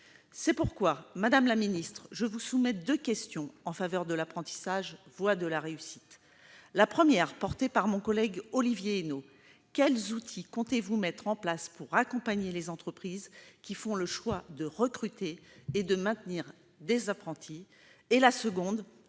actuellement. Madame la ministre, je vous soumets donc deux questions relatives à l'apprentissage, voie de la réussite. La première est portée par mon collègue Olivier Henno : quels outils comptez-vous mettre en place pour accompagner les entreprises qui font le choix de recruter et de maintenir des apprentis ? Par